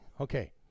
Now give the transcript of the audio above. okay